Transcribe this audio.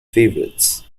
favourites